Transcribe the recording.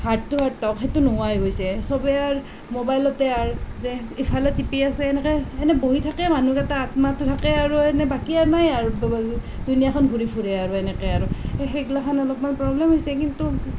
heart to heart talk সেইটো নোহোৱা হৈ গৈছে চবেই আৰু মোবাইলতেই আৰু যে ইফালে টিপি আছে এনেকে এনেই বহি থাকেই মানুহ এটা আত্মাটো থাকে আৰু এনেই বাকী আৰু নাই আৰু দুনীয়াখন ঘূৰি ফুৰে আৰু সেনেকে আৰু সেই সেইগিলাকখন অলপমান প্ৰব্লেম হৈছে কিন্তু